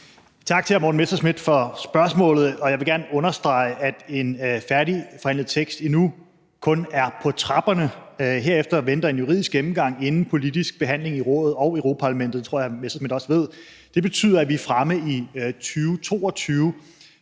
Tak til hr. Morten Messerschmidt for spørgsmålet. Jeg vil gerne understrege, at den færdigforhandlede tekst endnu kun er på trapperne. Herefter venter en juridisk gennemgang inden en politisk behandling i Rådet og i Europa-Parlamentet. Det tror jeg hr. Morten Messerschmidt også ved. Det betyder, at vi er fremme i 2022,